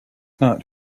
not